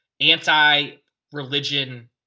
anti-religion